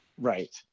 Right